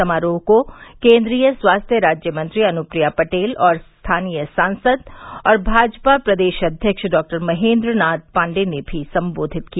समारोह को केन्द्रीय स्वास्थ्य राज्य मंत्री अनुप्रिया पटेल और स्थानीय सांसद व भाजपा प्रदेश अध्यक्ष डॉक्टर महेन्द्रनाथ पाण्डेय ने भी संबोधित किया